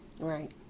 Right